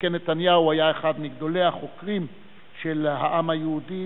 שכן נתניהו היה אחד מגדולי החוקרים של העם היהודי,